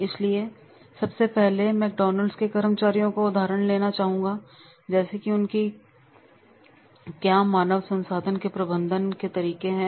इसलिए सबसे पहले मैं मैकडॉनल्ड्स के कर्मचारियों का उदाहरण लेना चाहूंगा जैसे कि उनकी क्या मानव संसाधन के प्रबंधन के तरीके हैं